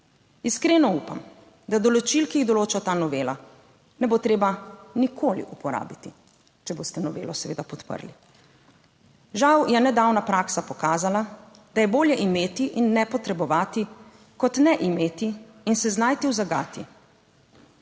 Iskreno upam, da določil, ki jih določa ta novela ne bo treba nikoli uporabiti, če boste novelo seveda podprli. Žal je nedavna praksa pokazala, da je bolje imeti in ne potrebovati, kot ne imeti in se znajti v zagati,